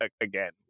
again